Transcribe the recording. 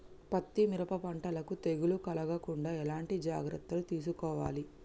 పత్తి మిరప పంటలను తెగులు కలగకుండా ఎలా జాగ్రత్తలు తీసుకోవాలి?